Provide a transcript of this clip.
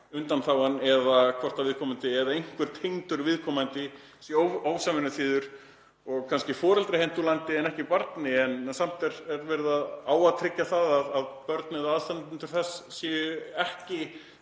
undanþágan eða hvort viðkomandi eða einhver tengdur viðkomandi sé ósamvinnuþýður og kannski er foreldri hent úr landi en ekki barni en samt á að tryggja það að börn eða aðstandendur þess séu ekki